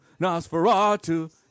Nosferatu